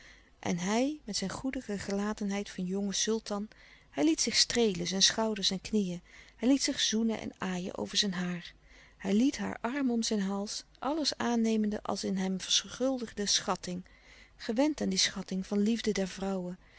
en hij met zijn goedige gelatenheid van jongen sultan hij liet zich streelen zijn schouders en knieën hij liet zich zoenen en aaien over zijn haar hij liet haar arm om zijn hals alles aannemende als een louis couperus de stille kracht hem verschuldigde schatting gewend aan die schatting van liefde der vrouwen